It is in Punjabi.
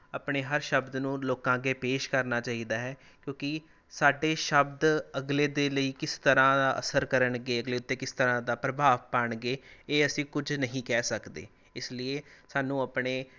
ਆਪਣੇ ਹਰ ਸ਼ਬਦ ਨੂੰ ਲੋਕਾਂ ਅੱਗੇ ਪੇਸ਼ ਕਰਨਾ ਚਾਹੀਦਾ ਹੈ ਕਿਉਂਕਿ ਸਾਡੇ ਸ਼ਬਦ ਅਗਲੇ ਦੇ ਲਈ ਕਿਸ ਤਰ੍ਹਾਂ ਅਸਰ ਕਰਨਗੇ ਅਗਲੇ ਉੱਤੇ ਕਿਸ ਤਰ੍ਹਾਂ ਦਾ ਪ੍ਰਭਾਵ ਪਾਉਣਗੇ ਇਹ ਅਸੀਂ ਕੁਛ ਨਹੀਂ ਕਹਿ ਸਕਦੇ ਇਸ ਲਈ ਏ ਸਾਨੂੰ ਆਪਣੇ